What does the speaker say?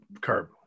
Curb